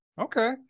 Okay